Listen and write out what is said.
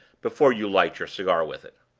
before you light your cigar with it.